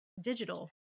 digital